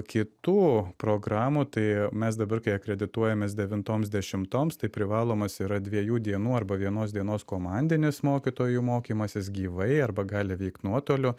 kitų programų tai mes dabar kai akredituojamės devintoms dešimtoms tai privalomas yra dviejų dienų arba vienos dienos komandinis mokytojų mokymasis gyvai arba gali veikt nuotoliu